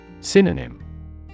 Synonym